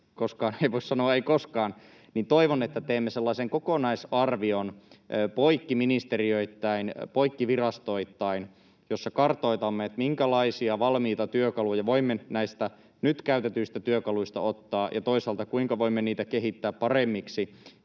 toivon, että teemme sellaisen kokonaisarvion poikkiministeriöittäin, poikkivirastoittain, jossa kartoitamme, minkälaisia valmiita työkaluja voimme näistä nyt käytetyistä työkaluista ottaa ja toisaalta, kuinka voimme niitä kehittää paremmiksi,